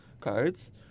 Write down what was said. cards